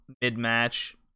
mid-match